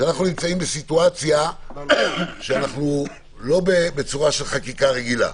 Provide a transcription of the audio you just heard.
שאנו נמצאים בסיטואציה לא בצורה של חקיקה רגילה.